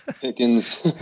Pickens